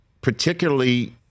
particularly